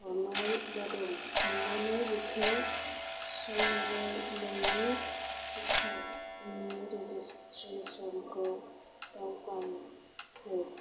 हरनाय जादों अन्नानै बेखौ थिसननानै नोंनि टिकानि रेजिसट्रेसनखौ दावगायहो